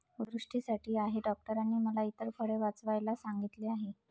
दृष्टीसाठी आहे डॉक्टरांनी मला इतर फळे वाचवायला सांगितले आहे